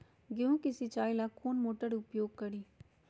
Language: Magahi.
गेंहू के सिंचाई ला कौन मोटर उपयोग करी?